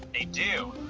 they do.